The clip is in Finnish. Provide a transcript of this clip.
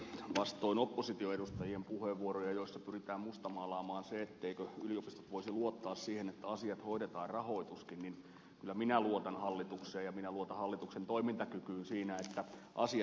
vastoin oppositioedustajien puheenvuoroja joissa pyritään mustamaalaamaan se etteivätkö yliopistot voisi luottaa siihen että asiat hoidetaan rahoituskin kyllä minä luotan hallitukseen ja minä luotan hallituksen toimintakykyyn siinä että asiat järjestyvät